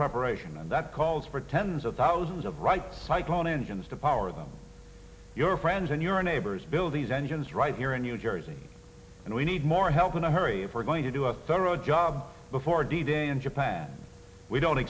preparation and that calls for tens of thousands of right like loan engines to power them your friends and your neighbors build these engines right here in new jersey and we need more help in a hurry if we're going to do a thorough job before d day in japan we don't